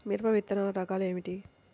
మిరప విత్తనాల రకాలు ఏమిటి?